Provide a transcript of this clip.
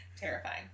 Terrifying